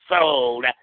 sold